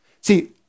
See